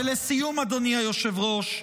לסיום, אדוני היושב-ראש,